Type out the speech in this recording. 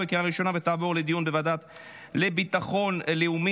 לוועדה לביטחון לאומי